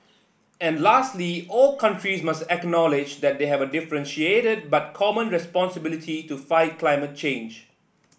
and lastly all countries must acknowledge that they have a differentiated but common responsibility to fight climate change